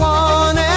one